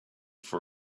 for